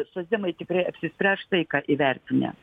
socdemai tikrai apsispręs štai ką įvertinę